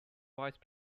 vice